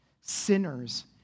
Sinners